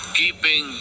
keeping